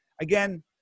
again